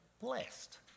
blessed